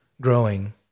growing